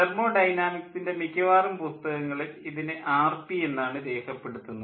തെർമ്മോ ഡൈനാമിക്സിൻ്റെ മിക്കവാറും പുസ്തകങ്ങളിൽ ഇതിനെ ആർപി എന്നാണ് രേഖപ്പെടുത്തുന്നത്